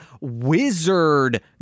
wizard